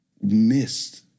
missed